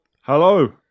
Hello